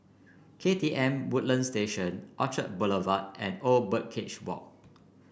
K T M Woodlands Station Orchard Boulevard and Old Birdcage Walk